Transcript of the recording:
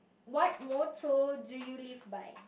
what motto do you live by